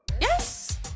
Yes